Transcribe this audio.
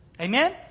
Amen